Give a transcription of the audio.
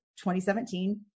2017